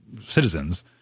citizens